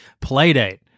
Playdate